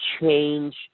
change